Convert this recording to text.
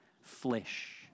flesh